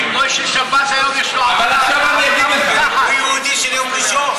כי גוי של שבת, הוא יהודי של יום ראשון.